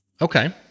Okay